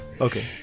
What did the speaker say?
Okay